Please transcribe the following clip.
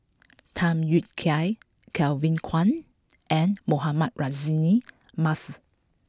Tham Yui Kai Kevin Kwan and Mohamed Rozani Maarof